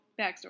backstory